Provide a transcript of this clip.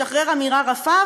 לשחרר אמירה רפה,